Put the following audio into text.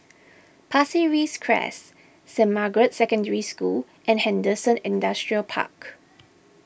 Pasir Ris Crest Saint Margaret's Secondary School and Henderson Industrial Park